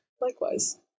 Likewise